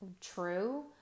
true